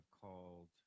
called